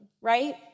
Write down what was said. right